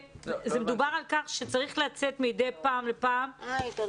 מדובר על כך שצריך לצאת מדי פעם עם קבוצות